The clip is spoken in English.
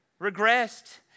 regressed